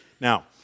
Now